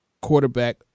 quarterback